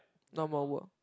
normal work